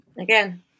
again